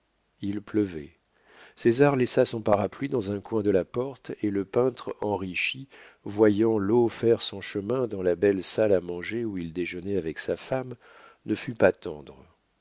il pleuvait césar laissa son parapluie dans un coin de la porte et le peintre enrichi voyant l'eau faire son chemin dans la belle salle à manger où il déjeunait avec sa femme ne fut pas tendre